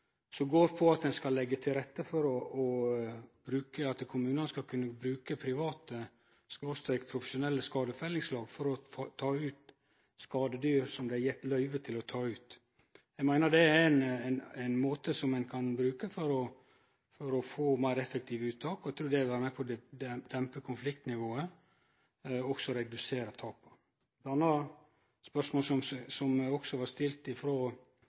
går ut på at ein skal leggje til rette for at kommunane skal kunne bruke private/profesjonelle skadefellingslag for å ta ut skadedyr som det er gjeve løyve til å ta ut. Eg meiner det er ein måte ein kan bruke for å få meir effektive uttak, og eg trur det vil vere med på å dempe konfliktnivået og også redusere tapa. Ein annan merknad som var i det same dokumentet, handla om førebyggjande uttak. Vi veit at når ein reineigar eller ein bonde skal sleppe ut dyra sine i